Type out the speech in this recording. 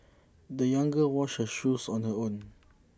the young girl washed her shoes on her own